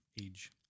age